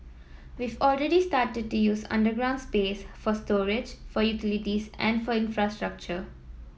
we've already started to use underground space for storage for utilities and for infrastructure